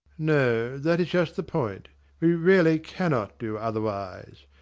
no, that is just the point we really cannot do otherwise.